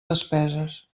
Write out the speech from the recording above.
despeses